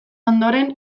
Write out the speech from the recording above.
ondoren